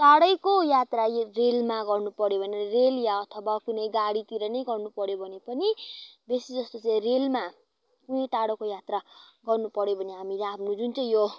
टाडैको यात्रा रेलमा गर्नुपऱ्यो भने रेल अथवा कुनै गाडीतिर नै गर्नु पऱ्यो भने पनि बेसी जस्तो चाहिँ रेलमा कुनै टाडोको यात्रा गर्नुपऱ्यो भने हामीले हाम्रो जुन चाहिँ यो